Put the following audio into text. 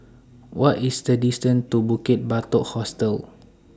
What IS The distance to Bukit Batok Hostel